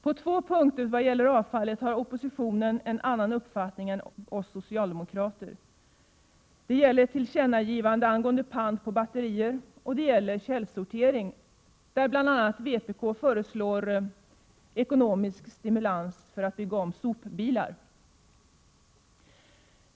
På två punkter har oppositionen en annan uppfattning är vi socialdemokrater när det gäller avfallet. Man vill göra tillkännagivanden angående pant på batterier och angående källsortering, där bl.a. vpk föreslår ekonomisk stimulans för att bygga om sopbilar.